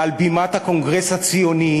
אלא על בימת הקונגרס הציוני,